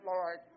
Lord